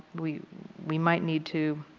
we we might need to